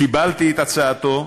קיבלתי את הצעתו,